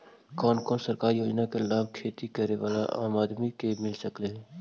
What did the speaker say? कोन कोन सरकारी योजना के लाभ खेती करे बाला आदमी के मिल सके हे?